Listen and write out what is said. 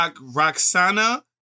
Roxana